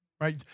right